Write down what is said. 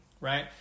right